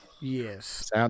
Yes